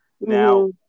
Now